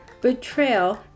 betrayal